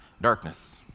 darkness